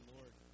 Lord